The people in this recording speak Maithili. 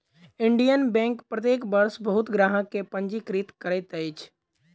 इंडियन बैंक प्रत्येक वर्ष बहुत ग्राहक के पंजीकृत करैत अछि